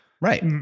Right